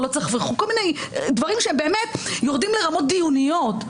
כל מיני דברים שהם באמת יורדים לרמות דיוניות.